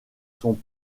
son